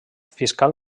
fiscal